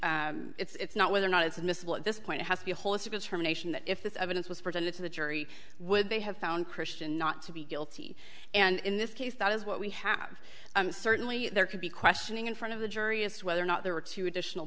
jury it's not whether or not it's admissible at this point it has to be a holistic term a nation that if this evidence was presented to the jury would they have found christian not to be guilty and in this case that is what we have certainly there could be questioning in front of the jury as to whether or not there were two additional